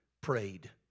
prayed